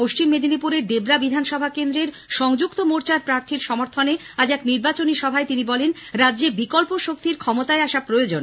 পশ্চিম মেদিনীপুরের ডেবরা বিধানসভা কেন্দ্রের সংযক্ত মোর্চার প্রার্থীর সমর্থনে আজ এক নির্বাচনী জনসভায় তিনি বলেন রাজ্যে বিকল্প শক্তি ক্ষমতায় আসা প্রয়োজন